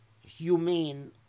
humane